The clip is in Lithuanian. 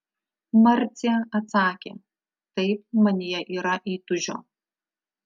marcė atsakė taip manyje yra įtūžio